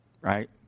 right